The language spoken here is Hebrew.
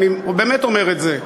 אני באמת אומר את זה,